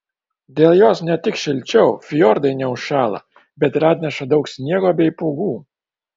dėl jos ne tik šilčiau fjordai neužšąla bet ir atneša daug sniego bei pūgų